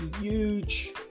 huge